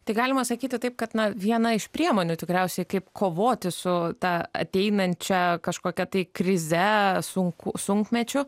tai galima sakyti taip kad na viena iš priemonių tikriausiai kaip kovoti su ta ateinančia kažkokia tai krize sunku sunkmečiu